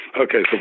okay